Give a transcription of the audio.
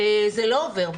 וזה לא עובר.